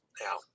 Now